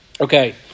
Okay